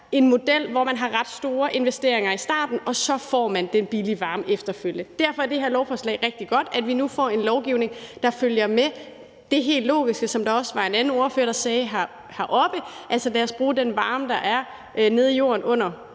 en model, hvor man har ret store investeringer i starten og så får den billige varme efterfølgende. Derfor er det her lovforslag rigtig godt, altså at vi nu får en lovgivning, der følger med det helt logiske, som der også var en anden ordfører, der sagde heroppefra, nemlig at vi skal bruge den varme, der er nede i jorden under